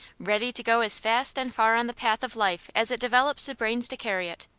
ready to go as fast and far on the path of life as it develops the brains to carry it.